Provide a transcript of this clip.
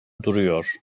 duruyor